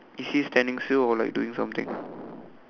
is he standing still or like doing something